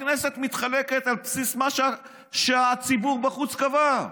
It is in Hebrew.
הכנסת מתחלקת על בסיס מה שהציבור בחוץ קבע.